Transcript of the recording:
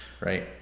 Right